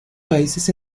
países